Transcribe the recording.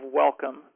welcome